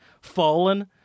fallen